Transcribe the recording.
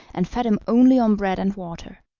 and fed him only on bread and water.